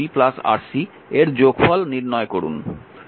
প্রথমে Ra Rb Rc এর যোগফল নির্ণয় করুন